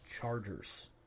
Chargers